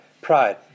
pride